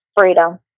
Freedom